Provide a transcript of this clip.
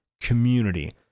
community